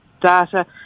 data